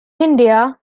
india